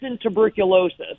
tuberculosis